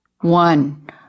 One